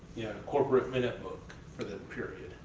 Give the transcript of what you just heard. yeah, corporate minute book for that period